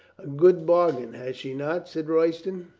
a good bargain, has she not? said royston.